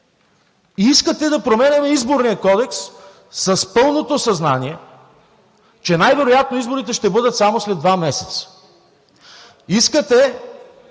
Искате да променяме Изборния кодекс с пълното съзнание, че най-вероятно изборите ще бъдат само след два месеца. Искате